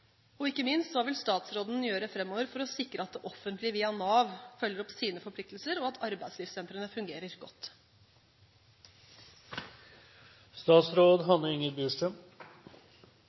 Og ikke minst: Hva vil statsråden gjøre framover for å sikre at det offentlige via Nav følger opp sine forpliktelser, og at arbeidslivssentrene fungerer